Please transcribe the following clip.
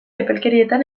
epelkerietan